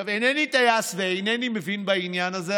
אינני טייס ואינני מבין בעניין הזה,